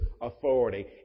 authority